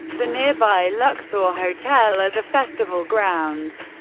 the nearby luxor hotel, or the festival grounds.